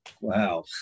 Wow